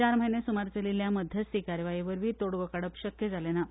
चार म्हयने सुमार चलिल्ल्या मध्यस्ती कारवाये वरवीं तोडगो काडप शक्य जालें ना